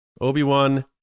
Obi-Wan